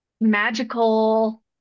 magical